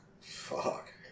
Fuck